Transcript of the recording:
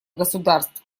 государств